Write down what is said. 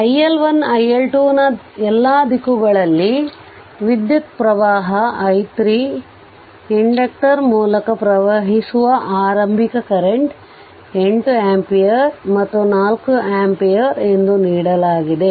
iL1 iL2 ನ ಎಲ್ಲಾ ದಿಕ್ಕುಗಳಲ್ಲಿನ ವಿದ್ಯುತ್ಪ್ರವಾಹ i3ಇಂಡಕ್ಟರ್ ಮೂಲಕ ಪ್ರವಹಿಸುವ ಆರಂಭಿಕ ಕರೆಂಟ್ 8 ಆಂಪಿಯರ್ ಮತ್ತು 4 ಆಂಪಿಯರ್ ಎಂದು ನೀಡಲಾಗಿದೆ